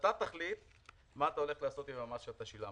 אתה תחליט מה אתה הולך לעשות עם המס שאתה שילמת,